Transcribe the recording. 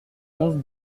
onze